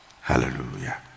Hallelujah